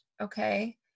okay